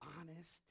honest